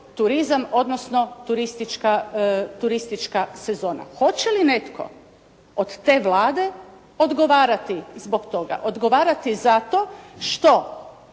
turizam, odnosno turistička sezona. Hoće li netko od te Vlade odgovarati zbog toga? Odgovarati zato što